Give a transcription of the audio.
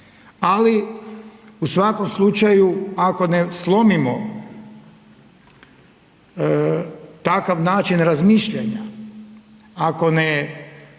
Ali u svakom slučaju ako ne slomimo takav način razmišljanja, ako ne